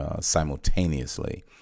simultaneously